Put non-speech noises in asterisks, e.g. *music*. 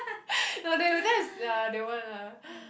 *laughs* no they were just ya they won't ah *breath*